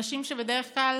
אנשים שבדרך כלל